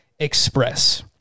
Express